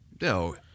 no